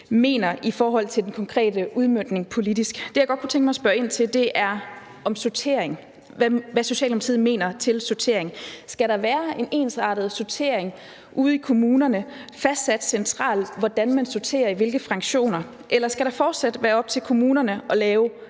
mener i forhold til den konkrete udmøntning politisk. Det, jeg godt kunne tænke mig at spørge ind til, er sortering, altså hvad Socialdemokratiet mener om sortering. Skal der være en ensartet sortering ude i kommunerne og fastsat centralt, i forhold til hvordan man sorterer i hvilke fraktioner? Eller skal det fortsat være op til kommunerne at lave